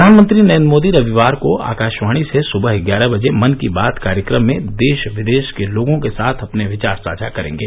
प्रधानमंत्री नरेन्द्र मोदी रविवार को आकाशवाणी से सबह ग्यारह बजे मन की बात कार्यक्रम में देश विदेश के लोगों के साथ अपने विचार साझा करेंगे